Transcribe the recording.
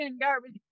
garbage